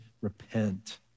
repent